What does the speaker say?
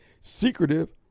secretive